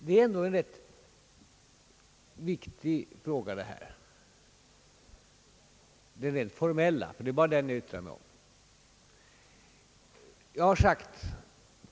Det är ändå en viktig fråga, det rent formella — det är bara det vi talar om.